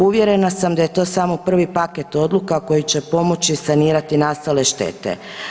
Uvjerena sam da je to samo prvi paket odluka koji će pomoći sanirati nastale štete.